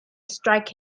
strike